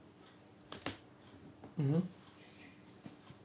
mmhmm